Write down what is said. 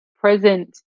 present